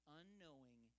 unknowing